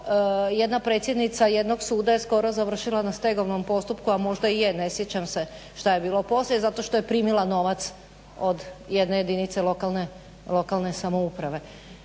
jedna predsjednica jednog suda je skoro završila na stegovnom postupku, a možda i je ne sjećam se šta je bilo poslije zato što je primila novac od jedne jedinice lokalne samouprave.